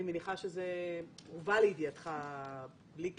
אני מניחה שזה הובא לידיעתך בלי קשר,